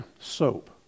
soap